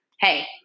hey